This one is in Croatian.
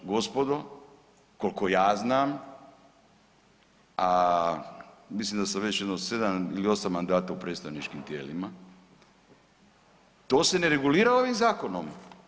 Gospodo, koliko ja znam, a mislim da sam već jedno 7 ili 8 mandata u predstavničkim tijelima to se ne regulira ovim zakonom.